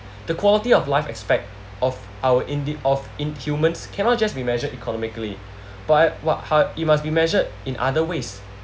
the quality of life expect of our indi~ off in humans cannot just be measured economically but what how it must be measured in other ways